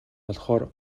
болохоор